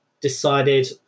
decided